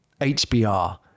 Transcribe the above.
HBR